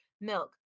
milk